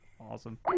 Awesome